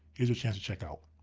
here's your chance to check out.